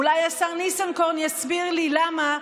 אולי השר ניסנקורן יסביר לי למה.